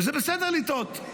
וזה בסדר לטעות.